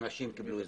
ואנשים קיבלו אזרחות?